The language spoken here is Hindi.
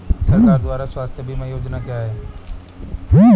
सरकार द्वारा स्वास्थ्य बीमा योजनाएं क्या हैं?